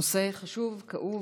נושא חשוב, כאוב.